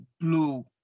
blue